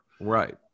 Right